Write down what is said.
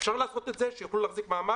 אפשר לעשות את זה כדי שיוכלו להחזיק מעמד,